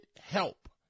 help